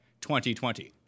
2020